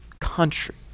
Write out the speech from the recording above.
country